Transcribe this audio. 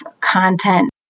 content